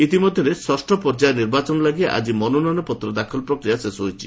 ଇତିମଧ୍ୟରେ ଷଷ୍ଠ ପର୍ଯ୍ୟାୟ ନିର୍ବାଚନ ଲାଗି ଆଜି ମନୋନୟପତ୍ର ଦାଖଲ ପ୍ରକ୍ରିୟା ଶେଷ ହୋଇଛି